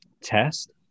test